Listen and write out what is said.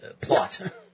plot